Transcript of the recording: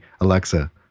alexa